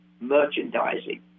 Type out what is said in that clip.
Merchandising